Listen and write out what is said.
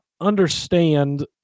understand